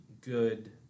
good